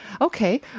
okay